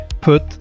put